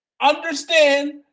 Understand